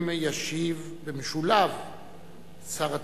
במשולב שר התקשורת,